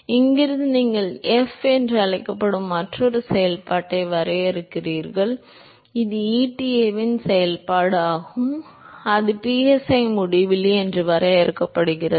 எனவே இங்கிருந்து நீங்கள் f என்று அழைக்கப்படும் மற்றொரு செயல்பாட்டை வரையறுக்கிறீர்கள் இது eta இன் செயல்பாடு ஆகும் அது psi முடிவிலி என வரையறுக்கப்படுகிறது